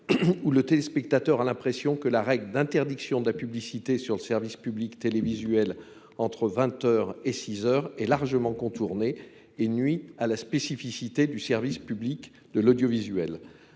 Où le téléspectateur a l'impression que la règle d'interdiction de la publicité sur le service public télévisuel entre 20h et 6h et largement contournée et nuit à la spécificité du service public de l'audiovisuel.